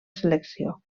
selecció